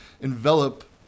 envelop